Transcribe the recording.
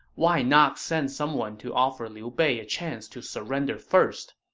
why not send someone to offer liu bei a chance to surrender first?